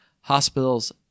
hospitals